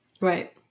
Right